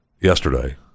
yesterday